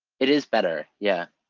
it is better, yeah.